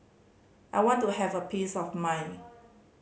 I want to have a peace of mind